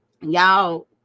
y'all